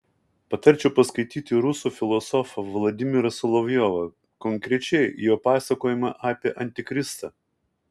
patarčiau paskaityti rusų filosofą vladimirą solovjovą konkrečiai jo pasakojimą apie antikristą